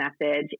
message